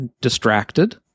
distracted